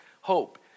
hope